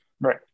right